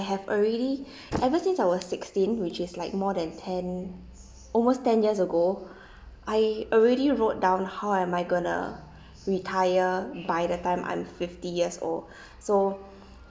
have already ever since I was sixteen which is like more than ten almost ten years ago I already wrote down how am I going to retire by the time I'm fifty years old so